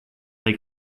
they